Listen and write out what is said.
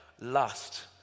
lust